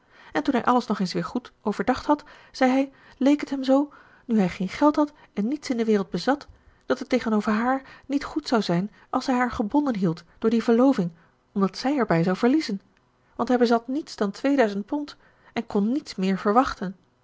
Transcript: en toen hij alles nog eens weer goed overdacht had zei hij leek het hem zoo nu hij geen geld had en niets in de wereld bezat dat het tegenover haar niet goed zou zijn als hij haar gebonden hield door die verloving omdat zij erbij zou verliezen want hij bezat niets dan tweeduizend pond en kon niets meer verwachten